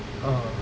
uh